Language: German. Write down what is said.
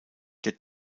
der